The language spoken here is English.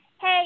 hey